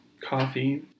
coffee